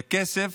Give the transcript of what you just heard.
זה כסף